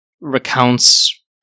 recounts